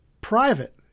private